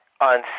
on